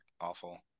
awful